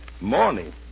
Morning